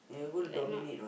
he like not